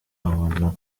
abona